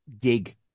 gig